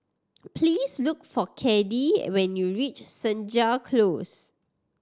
please look for Caddie when you reach Senja Close